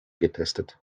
getestet